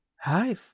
Hi